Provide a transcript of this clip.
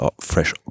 fresh